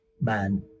man